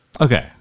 Okay